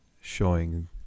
showing